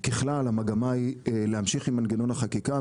ככלל המגמה היא להמשיך עם מנגנון החקיקה,